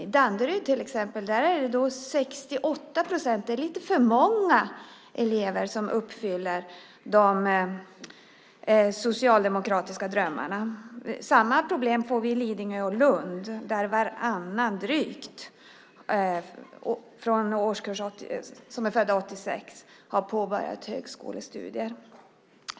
I Danderyd till exempel är det 68 procent, alltså lite för många elever, som uppfyller de socialdemokratiska drömmarna. Samma problem får vi i Lidingö och Lund där drygt varannan av dem som är födda 1986 har påbörjat högskolestudier.